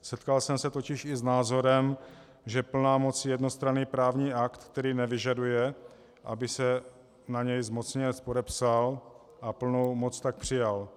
Setkal jsem se totiž i s názorem, že plná moc je jednostranný právní akt, který nevyžaduje, aby se na něj zmocněnec podepsal a plnou moc tak přijal.